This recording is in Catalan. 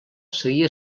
seguia